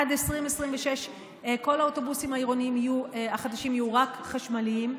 ועד 2026 כל האוטובוסים העירוניים החדשים יהיו רק חשמליים,